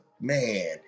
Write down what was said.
man